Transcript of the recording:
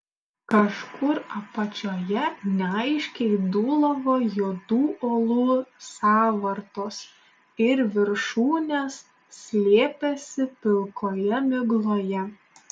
kažkur apačioje neaiškiai dūlavo juodų uolų sąvartos ir viršūnės slėpėsi pilkoje migloje